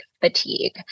fatigue